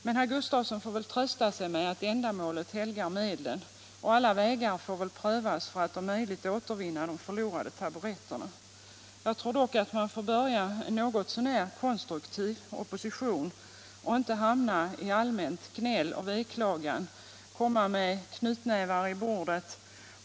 Men herr Gustafsson får kanske trösta sig med att ändamålet helgar medlen, och alla vägar får väl prövas för att om möjligt återvinna de förlorade taburetterna. Jag tycker dock att man borde påbörja en något så när konstruktiv opposition och inte hamna i allmänt gnäll och veklagan och komma med knytnävar i bordet.